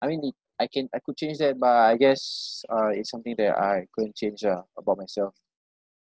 I mean the I can I could change that but I guess uh it's something that I couldn't change ah about myself